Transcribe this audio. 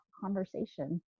conversation